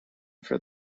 for